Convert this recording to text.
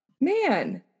Man